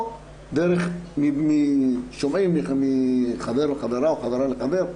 או דרך חבר לחברה או מחברה לחבר,